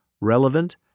Relevant